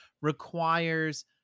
requires